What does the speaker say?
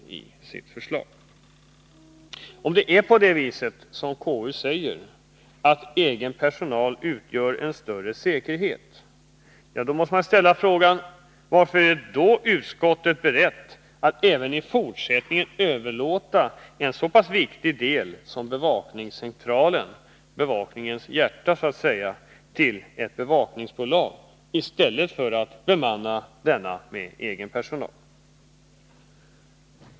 Och om det är så som konstitutionsutskottet säger, att anlitande av egen personal innebär en större säkerhet, måste jag ställa frågan: Varför är man i utskottet då beredd att även i fortsättningen överlåta en så pass viktig del som bevakningscentralen — det är ju så att säga bevakningens hjärta — till ett bevakningsbolag i stället för att bemanna denna central med egen personal?